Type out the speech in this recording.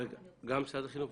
בבקשה.